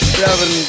seven